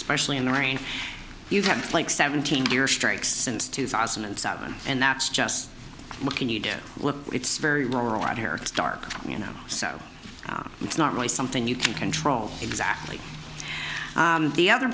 especially in the rain you have like seventeen strikes since two thousand and seven and that's just what can you do look it's very rural out here it's dark you know so it's not really something you can control exactly the other